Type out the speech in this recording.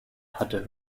hatte